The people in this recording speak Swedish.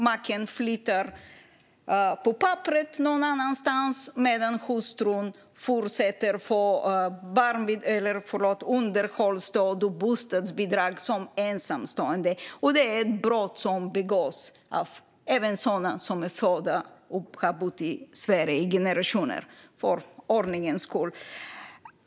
Maken flyttar på papperet någon annanstans, och hustrun får underhållsstöd och bostadsbidrag som ensamstående. Det är ett brott som begås även av sådana som är födda i Sverige och vars släkt bott här i generationer. Jag säger detta för ordningens skull.